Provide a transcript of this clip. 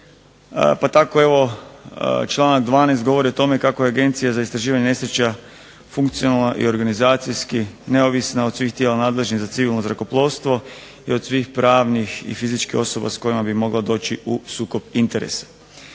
pa tako evo članak 12. govori o tome kako je Agencija za istraživanje nesreća funkcionalna i organizacijski neovisna od svih tijela nadležnih za civilno zrakoplovstvo i od svih pravnih i fizičkih osoba s kojima bi mogla doći u sukob interesa.